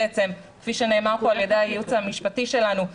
כפי שנאמר פה על ידי הייעוץ המשפטי שלנו,